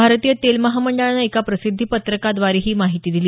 भारतीय तेल महामंडळानं एका प्रसिद्धीपत्रकाद्वारे ही माहिती दिली